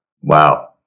Wow